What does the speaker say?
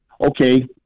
Okay